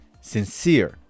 sincere